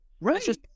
Right